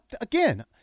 again